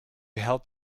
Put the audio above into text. help